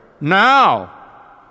Now